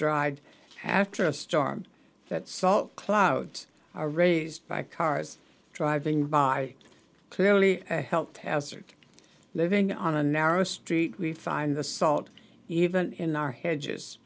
dried after a storm that so clouds are raised by cars driving by clearly health hazard living on a narrow street we find the salt even in our hedges